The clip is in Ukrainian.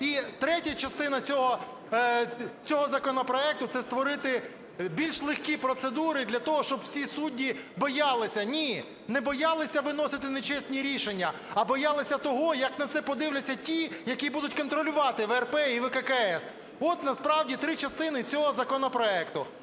І третя частина цього законопроекту – це створити більш легкі процедури для того, щоб всі судді боялися. Ні, не боялися виносити нечесні рішення, а боялися того, як на це подивляться ті, які будуть контролювати ВРП і ВККС. От насправді три частини цього законопроекту.